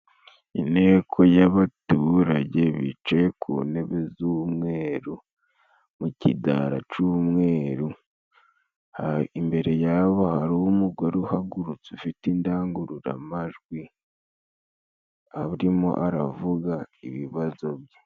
Inteko y'abaturage bicaye ku ntebe z'umweru, mu kidara c'umweru, imbere yabo hari umugore uhagurutse ufite indangururamajwi arimo aravuga ibibazo bye.